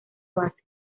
base